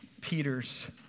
Peter's